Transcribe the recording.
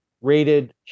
rated